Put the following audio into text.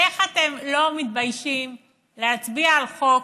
איך אתם לא מתביישים להצביע על חוק